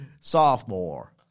sophomore